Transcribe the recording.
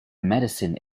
medicine